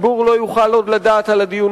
הציבור לא יוכל עוד לקבל מידע על הדיון